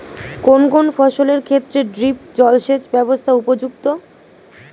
কোন কোন ফসলের ক্ষেত্রে ড্রিপ জলসেচ ব্যবস্থা উপযুক্ত?